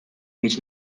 mieć